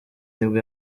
nibwo